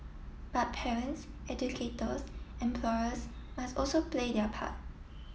but parents educators employers must also play their part